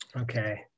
Okay